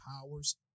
powers